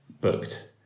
booked